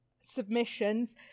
submissions